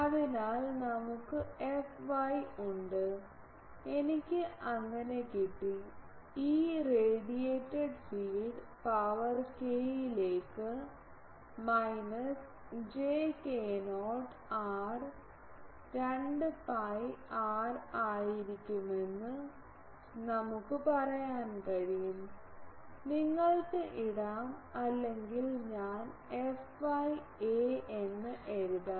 അതിനാൽ നമുക്ക് fy ഉണ്ട് fx എനിക്ക് അങ്ങനെ കിട്ടി E radiated field power k ലേക്ക് minus j k0 r 2 pi r ആയിരിക്കുമെന്ന് നമുക്ക് പറയാൻ കഴിയും നിങ്ങൾക്ക് ഇടാം അല്ലെങ്കിൽ ഞാൻ fy a എന്ന് എഴുതാം